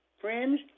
friends